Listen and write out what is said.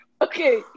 Okay